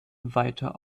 weiter